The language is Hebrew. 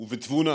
ובתבונה